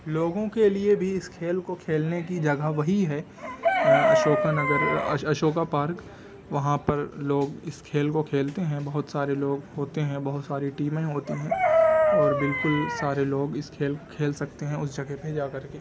لوگوں کے لیے بھی اس کھیل کو کھیلنے کی جگہ وہی ہے اشوکا نگر اشوکا پارک وہاں پر لوگ اس کھیل کو کھیلتے ہیں بہت سارے لوگ ہوتے ہیں بہت ساری ٹیمیں ہوتی ہیں اور بالکل سارے لوگ اس کھیل کھیل سکتے ہیں اس جگہ پہ جا کر کے